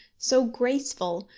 so graceful,